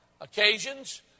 occasions